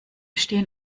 stehen